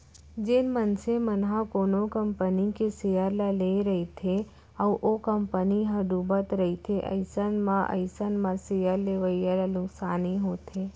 जेन मनसे मन ह कोनो कंपनी के सेयर ल लेए रहिथे अउ ओ कंपनी ह डुबत रहिथे अइसन म अइसन म सेयर लेवइया ल नुकसानी होथे